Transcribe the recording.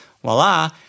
voila